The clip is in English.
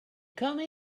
come